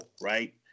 right